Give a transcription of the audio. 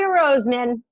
Roseman